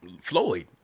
Floyd